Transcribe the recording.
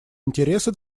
интересы